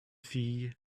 filles